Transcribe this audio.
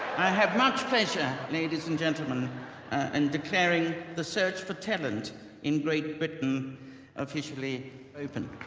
i have much pleasure, ladies and gentlemen and declaring the search for talent in great britain officially open